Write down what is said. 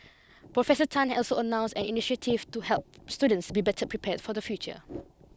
Professor Tan had also announced an initiative to help students be better prepared for the future